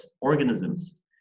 organisms